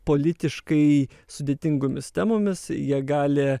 politiškai sudėtingomis temomis jie gali